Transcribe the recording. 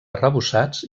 arrebossats